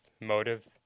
motives